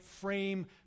frame